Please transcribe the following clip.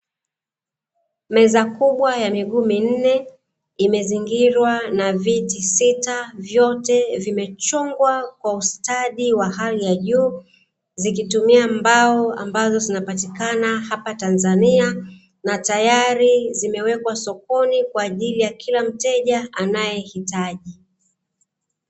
Meza kubwa ya miguu minne, imezingirwa na viti sita, vyote vimechongwa kwa ustadi wa hali ya juu, zikitumia mbao ambazo zinapatikana hapa Tanzania na tayari zimewekwa sokoni kwa ajili ya kila mteja anayehitaji.